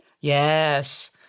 Yes